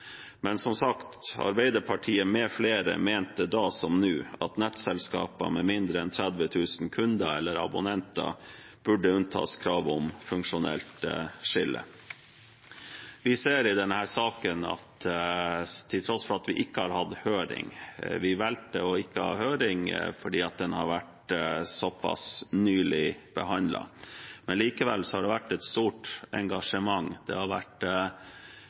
Men, som sagt, Arbeiderpartiet m.fl. mente da, som nå, at nettselskaper med mindre enn 30 000 kunder eller abonnenter burde unntas kravet om funksjonelt skille. Vi ser i denne saken at til tross for at vi ikke har hatt høring – vi valgte ikke å ha høring fordi den har vært såpass nylig behandlet – har det likevel vært et stort engasjement. Veldig mange har ønsket å snakke med oss. Det er veldig mange som har